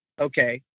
okay